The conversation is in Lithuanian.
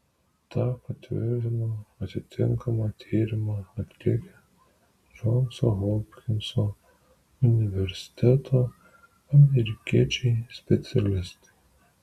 tą patvirtino atitinkamą tyrimą atlikę džonso hopkinso universiteto amerikiečiai specialistai